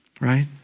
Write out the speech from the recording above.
right